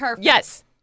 yes